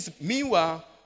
Meanwhile